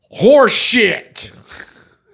Horseshit